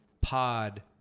pod